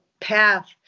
path